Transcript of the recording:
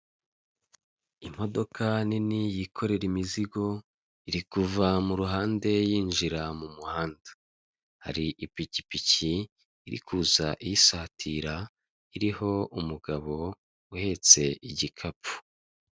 Imodoka nini yikorera imizigo, iri kuva mu ruhande yinjira mu muhanda hari ipikipiki iri kuza isatira, iriho umugabo uhetse igikapu.